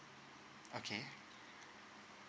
okay